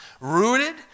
rooted